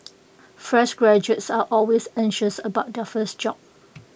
fresh graduates are always anxious about their first job